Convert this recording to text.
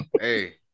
Hey